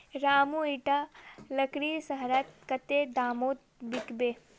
रामू इटा लकड़ी शहरत कत्ते दामोत बिकबे